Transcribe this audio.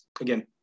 again